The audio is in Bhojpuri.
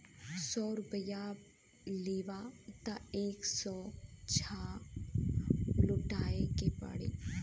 सौ रुपइया लेबा त एक सौ छह लउटाए के पड़ी